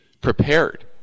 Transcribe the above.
prepared